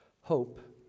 Hope